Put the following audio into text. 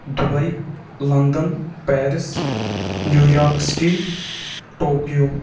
Dubai London Paris New York city Tokyo